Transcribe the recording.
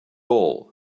all